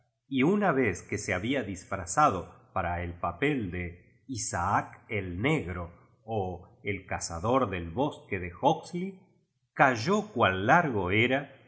y una vez que se bahía disfrazado para el papel de isaac el ne gro o el cazador del bosque de hogsley cayó cuan largo era